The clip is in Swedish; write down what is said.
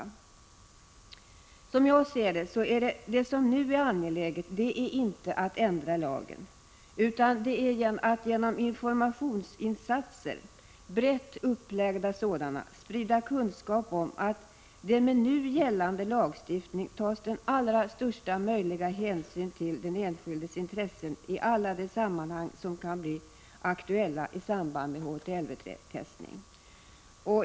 Det som nu är angeläget är inte — som jag ser saken — att ändra lagen utan det är att genom ett brett upplagt program för informationsinsatser sprida kunskap om att med nu gällande lagstiftning tas den allra största möjliga hänsyn till den enskilde i alla de sammanhang som kan bli aktuella med i samband HTLV-III-test.